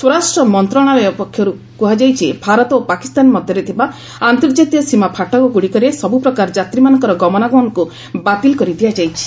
ସ୍ୱରାଷ୍ଟ୍ର ମନ୍ତ୍ରଣାଳୟ କହିଛି ଭାରତ ଓ ପାକିସ୍ତାନ ମଧ୍ୟରେ ଥିବା ଅନ୍ତର୍ଜାତୀୟ ସୀମା ଫାଟକଗୁଡ଼ିକରେ ସବୁପ୍ରକାର ଯାତ୍ରୀମାନଙ୍କର ଗମନାଗମନକୁ ବାତିଲ୍ କରିଦିଆଯାଇଛି